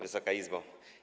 Wysoka Izbo!